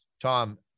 Tom